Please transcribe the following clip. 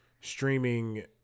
streaming